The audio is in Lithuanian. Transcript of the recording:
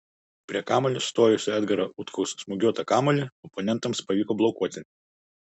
prie kamuolio stojusio edgaro utkaus smūgiuotą kamuolį oponentams pavyko blokuoti